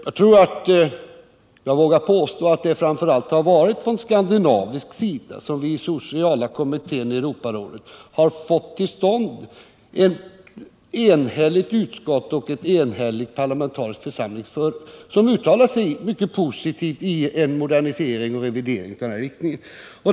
Jag tror jag vågar påstå att det framför allt har varit genom påverkan från skandinavisk sida som vi i den sociala kommittén i Europarådet har fått till stånd att ett enhälligt utskott och en enhällig parlamentarisk församling har uttalat sig mycket positivt för en modernisering och revidering i den här riktningen.